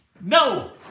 No